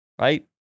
Right